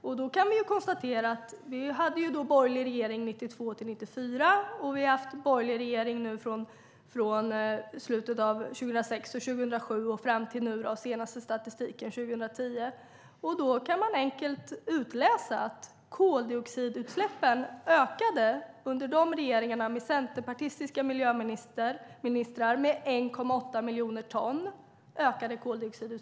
Vi hade en borgerlig regering 1992-1994 och vi har haft en borgerlig regering sedan slutet av 2006 och fram till att den senaste statistiken från 2010 kom. Där kan man enkelt utläsa att koldioxidutsläppen ökade under regeringar med centerpartistiska miljöministrar med 1,8 miljoner ton.